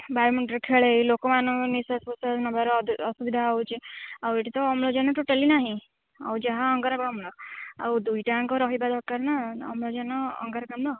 badminton ଖେଳାଇ ଲୋକମାନଙ୍କ ନିଶ୍ୱାସ ପ୍ରଶ୍ୱାସ ନେବାର ଅଧେ ଅସୁବିଧା ହେଉଛି ଆଉ ଏଇଠି ତ ଅମ୍ଳଜାନ୍ ଟୋଟାଲି ନାହିଁ ଆଉ ଯାହା ଅଙ୍ଗାରକାମ୍ଳ ଆଉ ଦୁଇଟା ଯାକ ରହିବା ଦରକାର ନା ଅମ୍ଳଜାନ୍ ଅଙ୍ଗାରକାମ୍ଳ